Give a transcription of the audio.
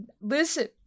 listen